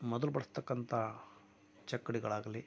ಮೊದಲು ಬಳಸ್ತಕ್ಕಂತ ಚಕ್ಕಡಿಗಳಾಗಲಿ